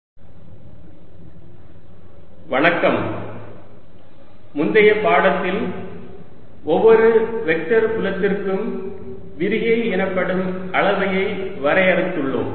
மின்புலத்தின் விரிகை மற்றும் காஸின் விதி முந்தைய பாடத்தில் ஒவ்வொரு வெக்டர் புலத்திற்கும் விரிகை எனப்படும் அளவையை வரையறுத்துள்ளோம்